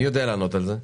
מי יודע לענות על זה?